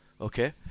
Okay